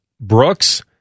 Brooks